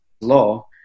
law